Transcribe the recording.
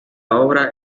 obra